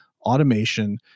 automation